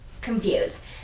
confused